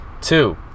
Two